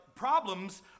Problems